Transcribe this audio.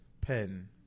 Pen